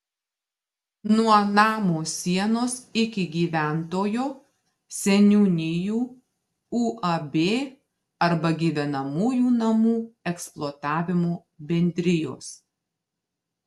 nuo namo sienos iki gyventojo seniūnijų uab arba gyvenamųjų namų eksploatavimo bendrijos